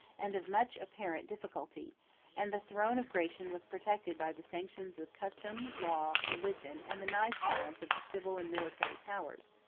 and of much apparent, difficulty and the throne of gratian was protected by the sanctions of custom, law, religion, and the nice balance of the civil and military powers,